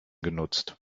genutzt